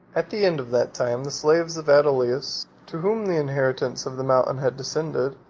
at the end of that time, the slaves of adolius, to whom the inheritance of the mountain had descended,